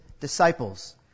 disciples